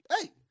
hey